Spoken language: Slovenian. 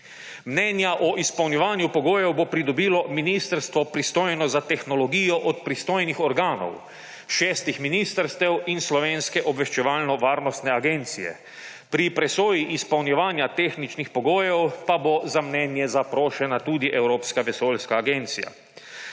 Mnenja o izpolnjevanju pogojev bo pridobilo ministrstvo, pristojno za tehnologijo od pristojnih organov šestih ministrstev in Slovenske obveščevalno-varnostne agencije, pri presoji izpolnjevanja tehničnih pogojev pa bo za mnenje zaprošena tudi Evropska vesoljska agencije.